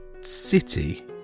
city